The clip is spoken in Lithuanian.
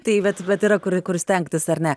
tai vat vat yra kur kur stengtis ar ne